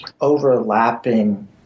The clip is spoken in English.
overlapping